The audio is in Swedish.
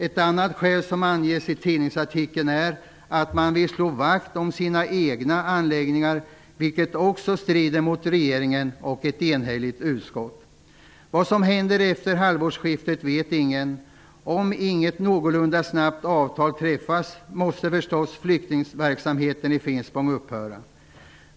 Ett annat skäl som anges i tidningsartikeln är att man vill slå vakt om sina egna anläggningar, vilket också strider mot vad regeringen och ett enhälligt utskott säger. Vad som händer efter halvårsskiftet vet ingen. Om avtal inte träffas någorlunda snabbt måste flyktingverksamheten i Finspång förstås upphöra.